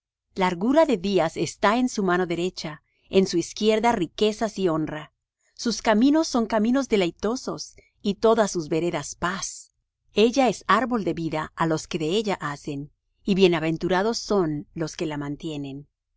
largura de días está en su mano derecha en su izquierda riquezas y honra sus caminos son caminos deleitosos y todas sus veredas paz ella es árbol de vida á los que de ella asen y bienaventurados son los que la mantienen